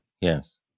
Yes